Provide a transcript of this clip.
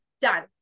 Done